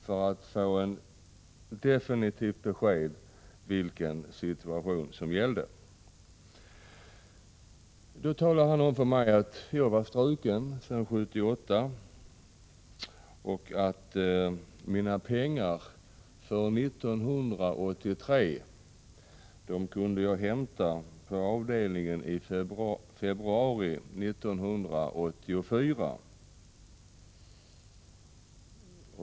Han talade om för mig att jag sedan 1978 var struken som medlem och att jag kunde hämta mina pengar från 1983 på avdelningen i februari 1984.